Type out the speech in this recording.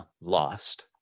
lost